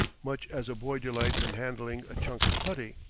much as a boy delights in handling a chunk of putty.